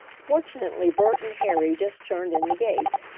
fortunately bert and harry just turned in the gate.